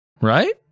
right